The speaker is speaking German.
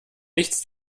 nichts